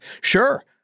Sure